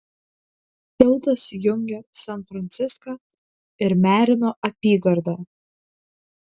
tiltas jungia san franciską ir merino apygardą